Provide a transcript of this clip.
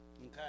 okay